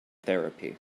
therapy